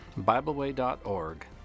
BibleWay.org